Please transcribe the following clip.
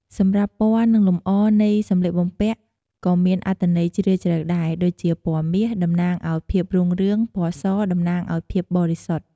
សម្រាប់ពណ៌ និងលម្អ នៃសម្លៀកបំពាក់ក៏មានអត្ថន័យជ្រាលជ្រៅដែរ ដូចជាពណ៌មាស តំណាងឱ្យភាពរុងរឿង ពណ៌ស តំណាងឱ្យភាពបរិសុទ្ធ។